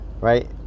right